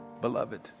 beloved